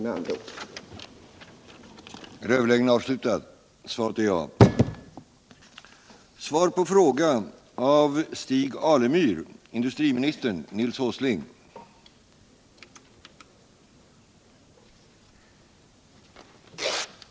att bibehålla sysselsättningen vid